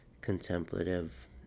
contemplative